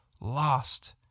lost